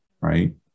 right